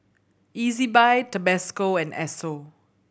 Ezbuy Tabasco and Esso